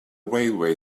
railway